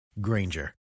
granger